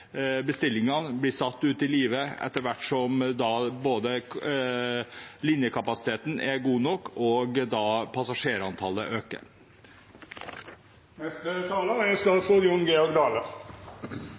bestillingene blir satt ut i livet etter hvert som linjekapasiteten er god nok og